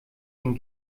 den